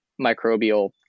microbial